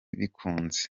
bikunze